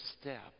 step